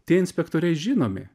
tie inspektoriai žinomi